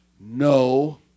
no